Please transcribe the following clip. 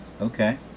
okay